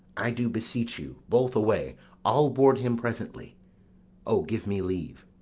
i do beseech you, both away i'll board him presently o, give me leave.